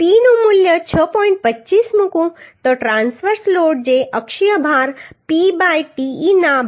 25 મૂકું તો transverse load જે અક્ષીય ભાર P બાય te ના 2